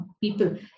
people